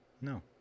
No